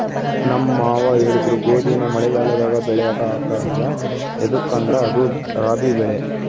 ನಮ್ ಮಾವ ಹೇಳಿದ್ರು ಗೋದಿನ ಮಳೆಗಾಲದಾಗ ಬೆಳ್ಯಾಕ ಆಗ್ಕಲ್ಲ ಯದುಕಂದ್ರ ಅದು ರಾಬಿ ಬೆಳೆ